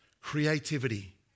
Creativity